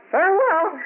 Farewell